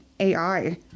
AI